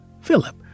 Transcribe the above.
Philip